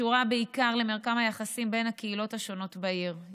שקשורה בעיקר למרקם היחסים בין הקהילות השונות בעיר,